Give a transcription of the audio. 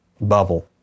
bubble